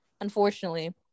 unfortunately